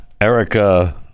Erica